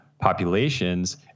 populations